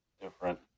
different